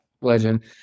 legend